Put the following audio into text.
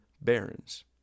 Barons